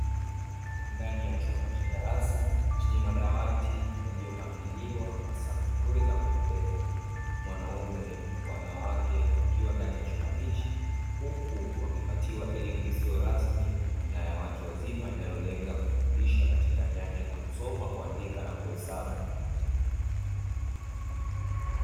Ndani ya chumba cha darasa chenye madawati yaliyo pangiliwa na safu nzuri za kupendeza mwanaume, wanawake wakiwa ndani ya chumba hichi, huku wakipatiwa elimu isiyo rasmi na ya watu wazima inayo lenga kufundisha katika nyanja ya kusoma, kuandika na kuhesabu.